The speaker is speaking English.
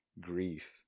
grief